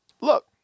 look